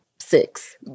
Six